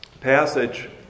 passage